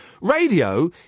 Radio